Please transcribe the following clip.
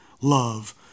love